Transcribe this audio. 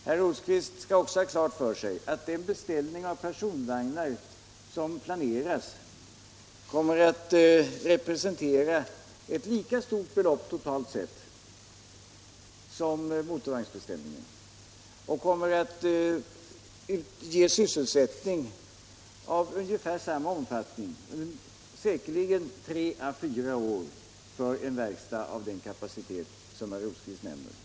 Herr Rosqvist skall också ha klart för sig att den beställning av personvagnar som planeras kommer att representera ett lika stort belopp totalt sett som motorvagnsbeställningen, och den kommer att ge sysselsättning av ungefär samma omfattning — säkerligen tre å fyra år — för en verkstad av den kapacitet som herr Rosqvist nämner.